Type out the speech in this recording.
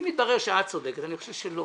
אם יתברר שאת צודקת אני חושב שלא